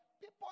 people